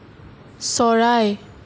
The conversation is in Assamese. চৰাই